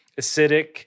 acidic